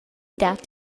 dat